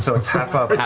so it's half of. yeah